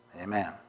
Amen